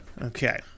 Okay